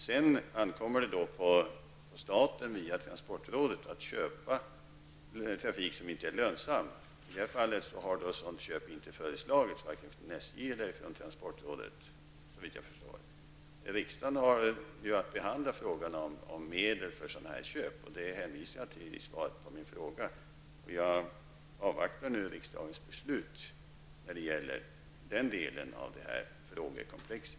Det ankommer sedan på staten via transportrådet att köpa trafik som inte är lönsam. I det fallet har inte något sådant köp föreslagits, vare sig av SJ eller av transportrådet såvitt jag förstår. Riksdagen har att behandla frågan om medel för sådana köp, och det hänvisade jag till i svaret på frågan. Jag avvaktar riksdagens beslut när det gäller den delen av frågekomplexet.